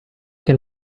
che